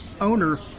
owner